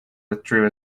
withdrew